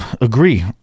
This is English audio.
agree